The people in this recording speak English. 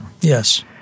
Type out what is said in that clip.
Yes